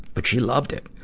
but, she loved it.